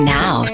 now